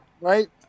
Right